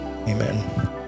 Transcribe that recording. Amen